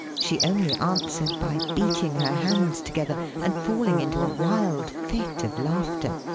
she only answered by beating her hands together, and falling into a wild fit of laughter.